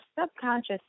subconscious